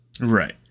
Right